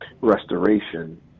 restoration